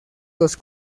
los